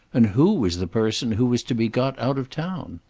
and who was the person who was to be got out of town?